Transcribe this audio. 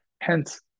Hence